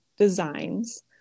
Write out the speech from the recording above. Designs